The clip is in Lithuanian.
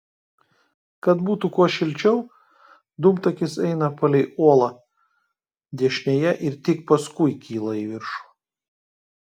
kad būtų kuo šilčiau dūmtakis eina palei uolą dešinėje ir tik paskui kyla į viršų